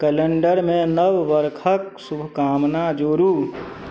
कैलेण्डरमे नव बरखक शुभकामना जोड़ू